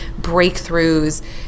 breakthroughs